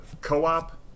co-op